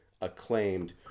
acclaimed